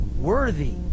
worthy